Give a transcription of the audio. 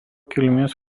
kilmės